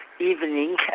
evening